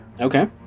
Okay